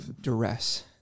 duress